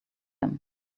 them